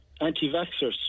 anti-vaxxers